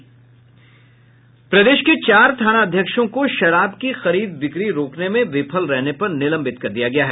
प्रदेश के चार थानाध्यक्षों को शराब की खरीद बिक्री रोकने में विफल रहने पर निलंबित कर दिया गया है